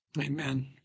Amen